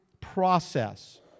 process